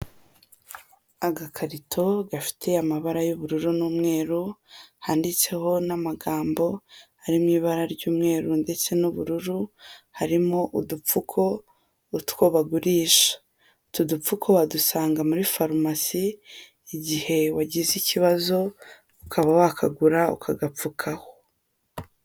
Agakarito gafite amabara y'ubururu n'umweru, handitseho n'amagambo ari mu ibara ry'umweru ndetse n'ubururu, harimo udupfuko utwo bagurisha, utu dupfuko wadusanga muri farumasi igihe wagize ikibazo, ukaba wakagura ukagapfukaho.